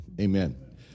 amen